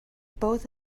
both